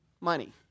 money